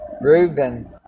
Reuben